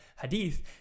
hadith